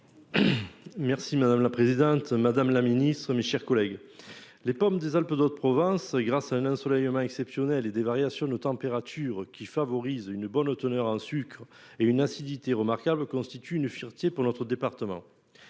Merci madame la présidente Madame la Ministre, mes chers collègues. Les pommes des Alpes. D'autres provinces grâce à un ensoleillement exceptionnel et des variations de température qui favorise une bonne teneur en sucre et une acidité remarquables constitue une fierté pour notre département.